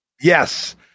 Yes